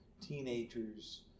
teenagers